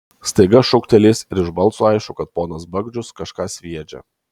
staiga šūkteli jis ir iš balso aišku kad ponas bagdžius kažką sviedžia